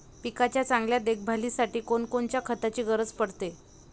पिकाच्या चांगल्या देखभालीसाठी कोनकोनच्या खताची गरज पडते?